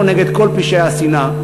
אנחנו נגד כל פשעי השנאה,